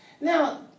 Now